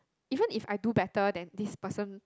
even if I do better than this person